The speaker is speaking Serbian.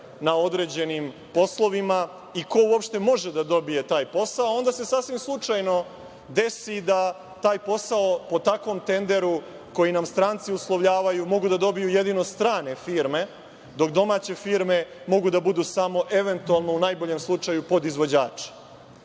na određenim poslovima i ko uopšte može da dobije taj posao, a onda se sasvim slučajno desi da taj posao po takvom tenderu, koji nam stranci uslovljavaju, mogu da dobiju jedino strane firme, dok domaće firme mogu da budu samo eventualno u najboljem slučaju podizvođači. Dakle,